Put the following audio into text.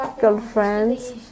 girlfriends